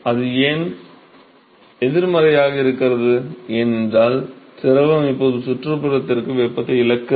அது ஏன் எதிர்மறையாக இருக்கிறது ஏனென்றால் திரவம் இப்போது சுற்றுப்புறத்திற்கு வெப்பத்தை இழக்கிறது